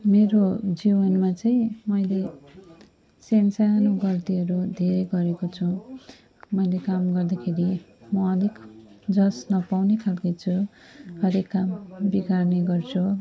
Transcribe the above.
मेरो जीवनमा चाहिँ मैले सान्सानो गल्तीहरू धेरै गरेको छु मैले काम गर्दाखेरि म अलिक जस नपाउने खाले छु हरएक काम बिगार्ने गर्छु